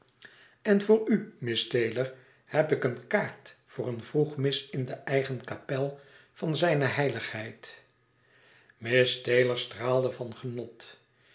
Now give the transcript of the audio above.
en voor u miss taylor heb ik een kaart voor een vroegmis in de eigen kapel van ijne eiligheid e ids aargang iss aylor straalde van genot